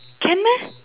can meh